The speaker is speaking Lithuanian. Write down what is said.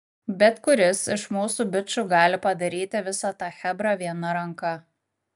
bet kuris iš mūsų bičų gali padaryti visą tą chebrą viena ranka